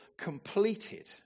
completed